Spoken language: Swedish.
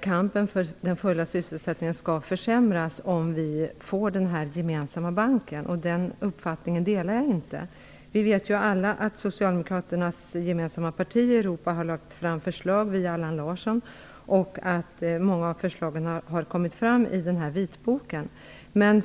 kampen för den fulla sysselsättningen inte skall försvåras, om vi få den gemensamma centralbanken. Jag delar inte den uppfattningen. Vi vet alla att socialdemokraternas gemensamma parti i Europa har lagt fram förslag via Allan Larsson och att många av förslagen har lagts fram i vitboken.